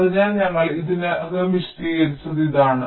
അതിനാൽ ഞങ്ങൾ ഇതിനകം വിശദീകരിച്ചത് ഇതാണ്